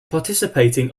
participating